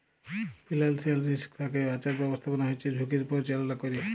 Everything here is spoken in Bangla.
ফিলালসিয়াল রিসক থ্যাকে বাঁচার ব্যাবস্থাপনা হচ্যে ঝুঁকির পরিচাললা ক্যরে